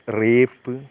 rape